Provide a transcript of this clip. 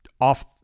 off